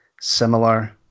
similar